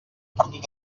perdut